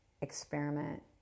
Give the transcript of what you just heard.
Experiment